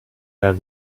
have